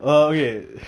do you do sports